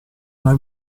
una